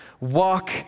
walk